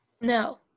No